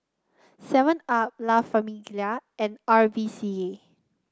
Seven Up La Famiglia and R V C A